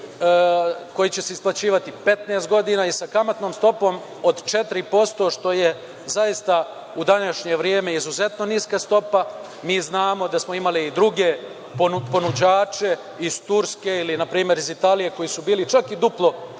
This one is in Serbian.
koji će se isplaćivati 15 godina i sa kamatnom stopom od 4%, što je zaista u današnje vreme izuzetno niska stopa. Mi znamo da smo imali i druge ponuđače iz Turske, ili na primer, iz Italije, koji su bili čak i duplo